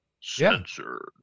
Censored